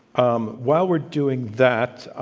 um while we're doing that,